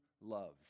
loves